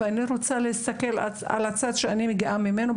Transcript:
ואני רוצה להסתכל על הצד שאני מגיעה ממנו,